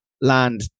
land